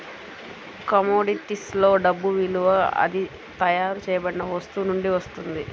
కమోడిటీస్లో డబ్బు విలువ అది తయారు చేయబడిన వస్తువు నుండి వస్తుంది